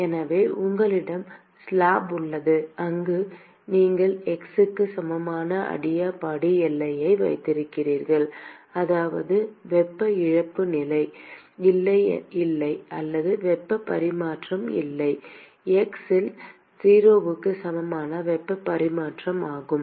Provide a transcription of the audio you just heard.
எனவே உங்களிடம் ஒரு ஸ்லாப் உள்ளது அங்கு நீங்கள் x க்கு சமமான அடியாபாடிக் எல்லையை வைத்திருக்கிறீர்கள் அதாவது வெப்ப இழப்பு இல்லை அல்லது வெப்ப பரிமாற்றம் இல்லை x இல் 0 க்கு சமமான வெப்ப பரிமாற்றம் 0 ஆகும்